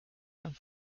and